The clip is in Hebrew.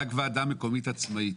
רק לוועדה מקומית עצמאית.